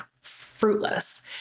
fruitless